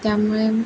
त्यामुळे